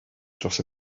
dros